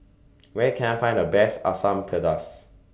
Where Can I Find The Best Asam Pedas